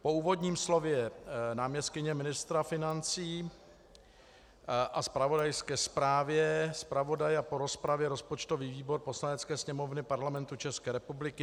Po úvodním slově náměstkyně ministra financí a zpravodajské zprávě zpravodaje a po rozpravě rozpočtový výbor Poslanecké sněmovny Parlamentu České republiky